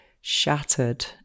shattered